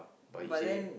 but then